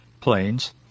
planes